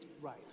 Right